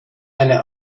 eine